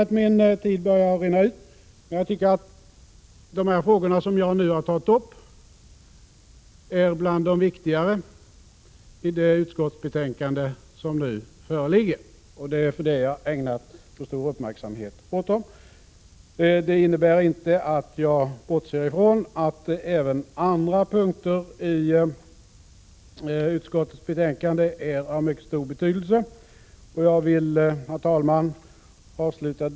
Eftersom min taletid snart är förbrukad vill jag avsluta med att säga att jag anser de frågor jag nu har tagit upp vara bland de viktigare i det utskottsbetänkande som nu föreligger och att detta är anledningen till att jag ägnat dem så stor uppmärksamhet. Det innebär inte att jag bortser från att även andra punkter som behandlats i betänkandet är av mycket stor betydelse. Herr talman!